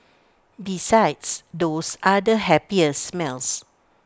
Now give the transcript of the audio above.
besides those are the happiest smells